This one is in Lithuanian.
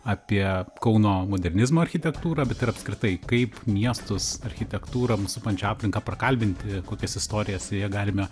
apie kauno modernizmo architektūrą bet ir apskritai kaip miestus architektūrą mus supančią aplinką prakalbinti kokias istorijas galime